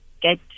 get